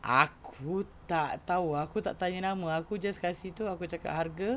aku tak tahu aku tak tanya nama aku just kasi tu aku cakap harga